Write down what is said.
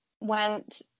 went